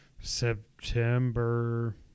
September